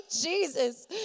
Jesus